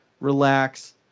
relax